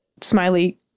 smiley